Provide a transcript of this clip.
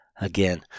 again